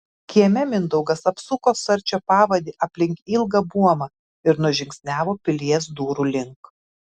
kieme mindaugas apsuko sarčio pavadį aplink ilgą buomą ir nužingsniavo pilies durų link